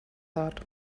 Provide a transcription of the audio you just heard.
thought